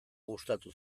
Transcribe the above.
gustatu